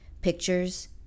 pictures